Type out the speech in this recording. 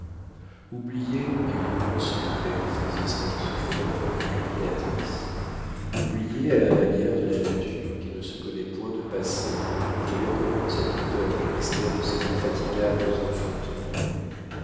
est le grand secret des existences fortes et créatrices oublier à la manière de la nature qui ne se connaît point de passé qui recommence à toute heure les mystères de ses infatigables